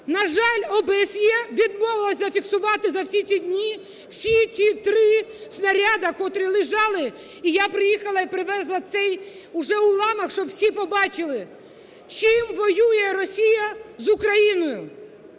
на жаль, ОБСЄ відмовилося зафіксувати за всі ці дні всі ці три снаряди, котрі лежали, і я приїхала і привезла цей уже уламок, щоб всі побачили, чим воює Росія з Україною.